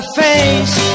face